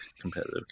competitive